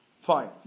Fine